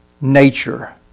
nature